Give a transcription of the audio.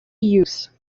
use